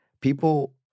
people